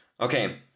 okay